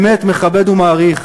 שאני באמת מכבד ומעריך?